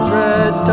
red